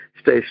stay